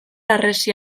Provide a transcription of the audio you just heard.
harresi